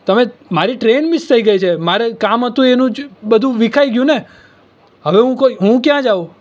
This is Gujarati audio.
તમે મારી ટ્રેન મિસ થઈ ગઈ છે મારે કામ હતું એનું જ બધું મારે વિખાય ગયું ને હવે હું કોઈ ક્યાં જાઉં